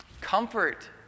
Comfort